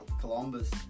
Columbus